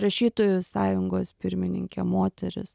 rašytojų sąjungos pirmininkė moteris